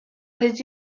les